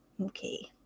Okay